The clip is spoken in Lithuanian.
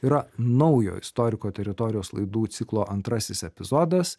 yra naujo istoriko teritorijos laidų ciklo antrasis epizodas